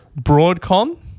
Broadcom